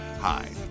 Hi